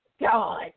God